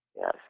Yes